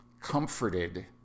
comforted